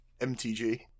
MTG